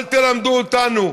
אל תלמדו אותנו.